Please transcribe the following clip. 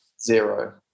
Zero